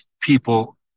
people